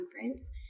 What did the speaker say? Conference